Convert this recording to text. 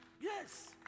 Yes